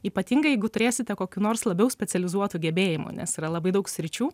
ypatingai jeigu turėsite kokių nors labiau specializuotų gebėjimų nes yra labai daug sričių